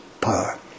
power